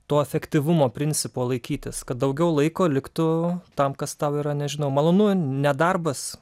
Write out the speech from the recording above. to efektyvumo principo laikytis kad daugiau laiko liktų tam kas tau yra nežinau malonu nedarbas